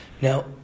Now